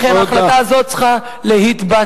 לכן ההחלטה הזו צריכה להתבטל.